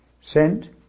sent